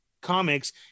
comics